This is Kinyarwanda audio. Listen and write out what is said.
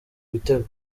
ibitego